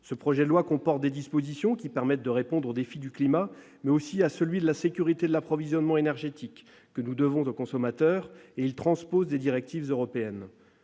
Le texte comporte des dispositions qui permettent de répondre aux défis du climat, mais aussi à celui de la sécurité de l'approvisionnement énergétique que nous devons au consommateur ; d'autres mesures sont des transpositions de directives européennes.